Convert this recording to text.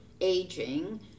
aging